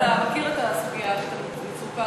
אבל אתה מכיר את הקביעה שמדובר,